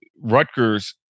Rutgers